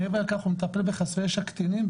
מעבר לכך הוא מטפל בחסרי ישע קטינים,